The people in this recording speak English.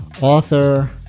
author